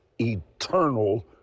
eternal